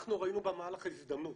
אנחנו ראינו במהלך הזה הזדמנות,